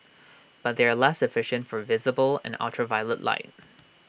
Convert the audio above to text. but they are less efficient for visible and ultraviolet light